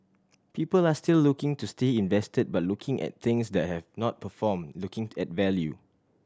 people are still looking to stay invested but looking at things that have not performed looking at value